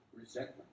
resentment